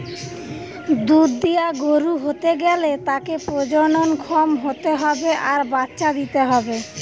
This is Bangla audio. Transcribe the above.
দুধ দিয়া গরু হতে গ্যালে তাকে প্রজনন ক্ষম হতে হবে আর বাচ্চা দিতে হবে